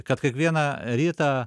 kad kiekvieną rytą